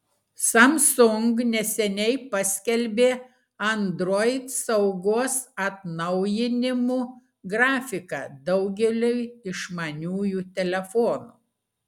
samsung neseniai paskelbė android saugos atnaujinimų grafiką daugeliui išmaniųjų telefonų